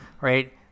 Right